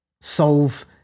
solve